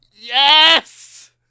Yes